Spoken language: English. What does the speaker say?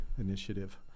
Initiative